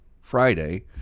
Friday